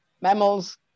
mammals